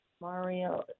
Mario